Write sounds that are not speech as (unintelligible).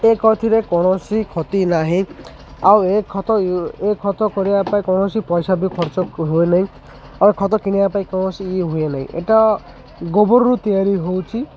ଏ କଥାରେ କୌଣସି କ୍ଷତି ନାହିଁ ଆଉ ଏ ଖତ ଏ ଖତ କରିବା ପାଇଁ କୌଣସି ପଇସା ବି ଖର୍ଚ୍ଚ ହୁଏ ନାହିଁ (unintelligible) ଖତ କିଣିବା ପାଇଁ କୌଣସି ଇୟେ ହୁଏ ନାହିଁ ଏଇଟା ଗୋବରରୁ ତିଆରି ହେଉଛି